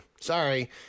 sorry